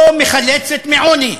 לא מחלצת מעוני.